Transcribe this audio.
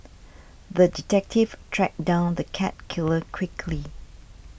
the detective tracked down the cat killer quickly